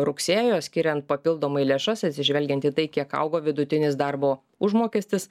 rugsėjo skiriant papildomai lėšas atsižvelgiant į tai kiek augo vidutinis darbo užmokestis